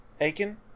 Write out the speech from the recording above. Aiken